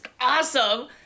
awesome